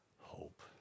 hope